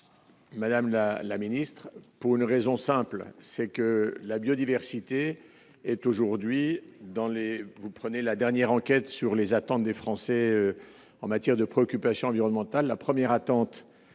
madame la la ministre pour une raison simple, c'est que la biodiversité est aujourd'hui dans les est, vous prenez la dernière enquête sur les attentes des Français en matière de préoccupations environnementales, la première attente